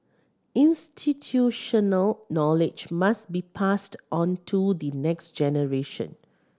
institutional knowledge must be passed on to the next generation